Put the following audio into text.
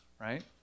right